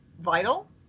Vital